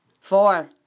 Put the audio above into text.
Four